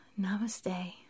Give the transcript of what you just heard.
Namaste